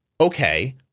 okay